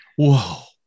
Whoa